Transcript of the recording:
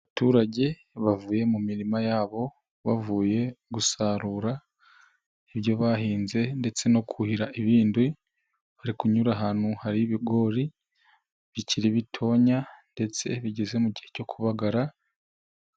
Abaturage bavuye mu mirima yabo bavuye gusarura ibyo bahinze ndetse no kuhira ibindi, bari kunyura ahantu hari ibigori bikiri bitoya ndetse bigeze mu gihe cyo kubagara.